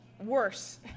Worse